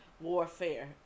warfare